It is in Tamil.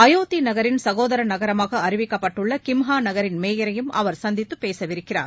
அயோத்தி நகரின் சகோதர நகரமாக அறிவிக்கப்பட்டுள்ள கிம்ஹா நகரின் மேயரையும் அவா் சந்தித்து பேசவிருக்கிறார்